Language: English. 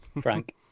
Frank